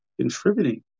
contributing